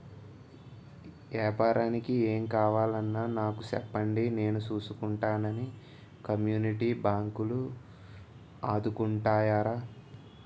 ఏపారానికి ఏం కావాలన్నా నాకు సెప్పండి నేను సూసుకుంటానని కమ్యూనిటీ బాంకులు ఆదుకుంటాయిరా